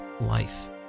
life